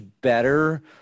better